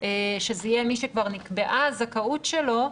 שזה יהיה מי שכבר נקבעה הזכאות שלו.